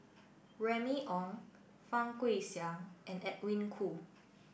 Remy Ong Fang Guixiang and Edwin Koo